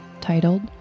titled